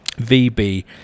vb